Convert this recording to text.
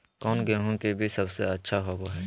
कौन गेंहू के बीज सबेसे अच्छा होबो हाय?